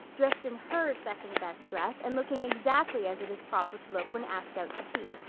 dressed in her second-best dress and looking exactly as it is proper to look when asked out to tea.